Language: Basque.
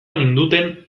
ninduten